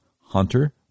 Hunter